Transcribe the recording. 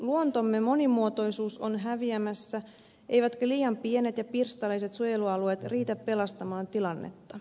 luontomme monimuotoisuus on häviämässä eivätkä liian pienet ja pirstaleiset suojelualueet riitä pelastamaan tilannetta